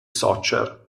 soccer